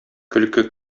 көлке